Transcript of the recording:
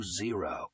zero